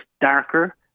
darker